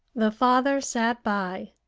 the father sat by,